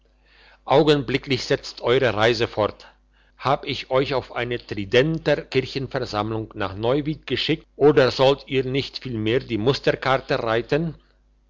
augenblicklich setzt eure reise fort hab ich euch auf eine tridenter kirchenversammlung nach neuwied geschickt oder sollt ihr nicht vielmehr die musterkarte reiten